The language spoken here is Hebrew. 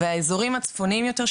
והאזורים הצפוניים יותר,